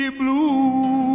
blue